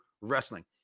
wrestling